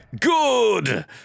Good